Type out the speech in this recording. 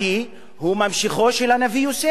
הוא ממשיכו של הנביא יוסף במצרים.